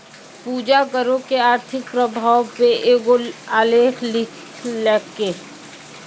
पूजा करो के आर्थिक प्रभाव पे एगो आलेख लिखलकै